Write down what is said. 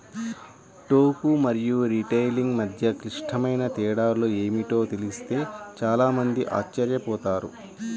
టోకు మరియు రిటైలింగ్ మధ్య క్లిష్టమైన తేడాలు ఏమిటో తెలిస్తే చాలా మంది ఆశ్చర్యపోతారు